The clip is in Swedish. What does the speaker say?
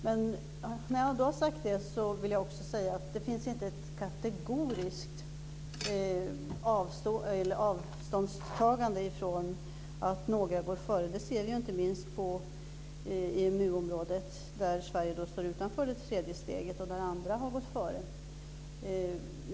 Men det finns inte ett kategoriskt avståndstagande från att några går före. Så är det inte på EMU-området där Sverige står utanför det tredje steget och där andra har gått före.